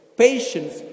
Patience